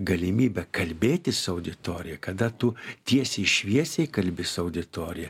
galimybę kalbėtis auditorijoj kada tu tiesiai šviesiai kalbi su auditorija